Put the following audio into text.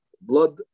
blood